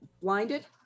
blinded